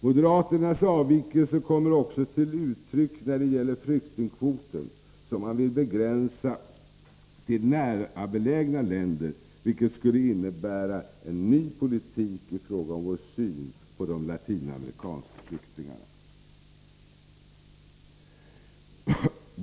Moderaternas avvikelse kommer också till uttryck när det gäller flyktingkvoten, som de vill begränsa till närbelägna länder, vilket skulle innebära en ny politik i fråga om vår syn på de latinamerikanska flyktingarna.